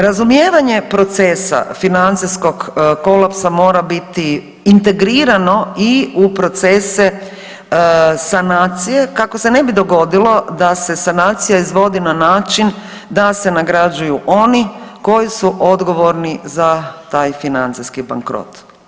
Razumijevanje procesa financijskog kolapsa mora biti integrirano i u procese sanacije kako se ne bi dogodilo da se sanacija izvodi na način da se nagrađuju oni koji su odgovorni za taj financijski bankrot.